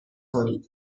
کنید